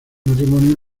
matrimonio